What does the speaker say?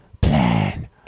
plan